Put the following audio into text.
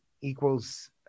equals